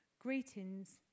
Greetings